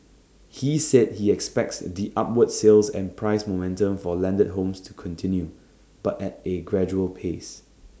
he said he expects the upward sales and price momentum for landed homes to continue but at A gradual pace